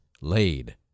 laid